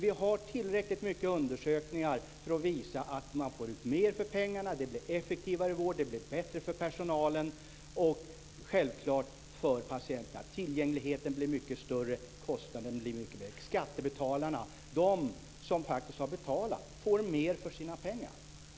Vi har tillräckligt många undersökningar som visar att konkurrensutsättning leder till att man får ut mer för pengarna, det blir effektivare vård och bättre för personalen och patienterna. Tillgängligheten blir mycket större och kostnaden blir mycket lägre. Skattebetalarna, som faktiskt har betalat, får mer för sina pengar.